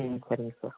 ம் சரிங்க சார்